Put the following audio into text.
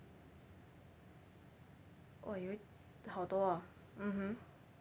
okay 好多啊 mmhmm